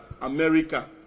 America